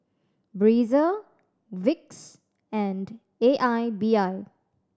Breezer Vicks and A I B I